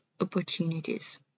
opportunities